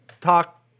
talk